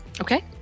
Okay